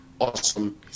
Awesome